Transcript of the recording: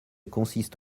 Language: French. consiste